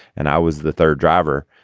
and i was the third driver.